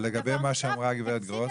ולגבי מה שאמרה גברת גרוס?